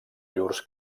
llurs